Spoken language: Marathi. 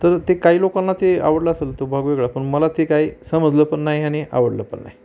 तर ते काही लोकांना ते आवडला असेल तो भाग वेगळा पण मला ते काही समजलं पण नाही आणि आवडलं पण नाही